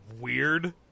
Weird